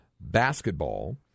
basketball